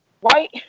white